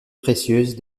précieuse